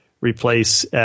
replace